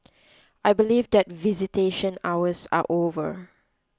I believe that visitation hours are over